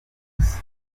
gusa